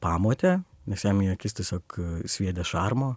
pamotė nes jam į akis tiesiog sviedė šarmo